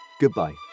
Goodbye